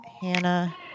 hannah